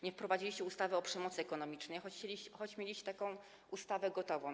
Nie wprowadziliście ustawy o przemocy ekonomicznej, choć mieliście taką ustawę gotową.